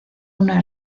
una